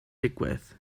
digwydd